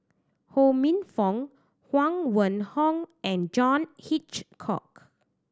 Ho Minfong Huang Wenhong and John Hitchcock